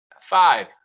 Five